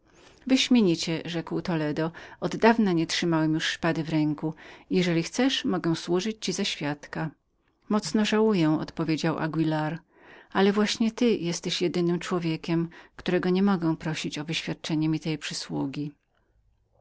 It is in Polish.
rzekł toledo ja sam od dawna nietrzymałem już szpady w ręku i jeżeli chcesz mogę służyć ci za świadka mocno żałuję odpowiedział anguilar ale właśnie ty jesteś jednym człowiekiem którego nie mogę prosić o wyświadczenie mi tej przysługi